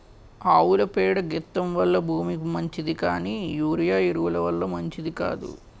ఆవుల పేడ గెత్తెం వల్ల భూమికి మంచిది కానీ యూరియా ఎరువు ల వల్ల మంచిది కాదు